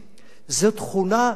זו תכונה אוניברסלית.